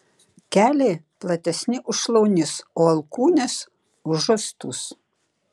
keliai platesni už šlaunis o alkūnės už žastus